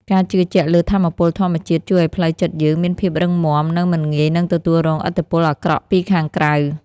ការជឿជាក់លើថាមពលធម្មជាតិជួយឱ្យផ្លូវចិត្តយើងមានភាពរឹងមាំនិងមិនងាយនឹងទទួលរងឥទ្ធិពលអាក្រក់ពីខាងក្រៅ។